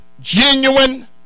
genuine